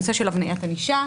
הנושא של הבניית ענישה.